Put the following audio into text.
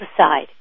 aside